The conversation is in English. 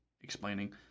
explaining